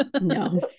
No